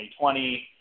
2020